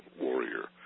warrior